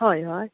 हय हय